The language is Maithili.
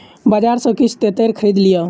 बजार सॅ किछ तेतैर खरीद लिअ